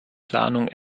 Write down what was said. planung